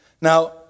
Now